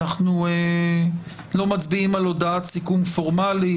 אנחנו לא מצביעים על הודעת סיכום פורמלית,